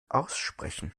aussprechen